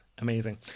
amazing